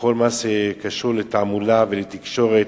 בכל מה שקשור לתעמולה ולתקשורת,